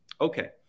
Okay